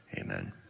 Amen